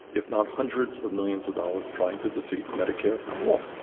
if not hundreds of millions of dollars trying to defeat medicare for all.